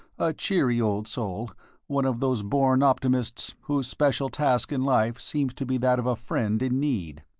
a cheery old soul one of those born optimists whose special task in life seems to be that of a friend in need.